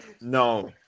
No